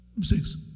Six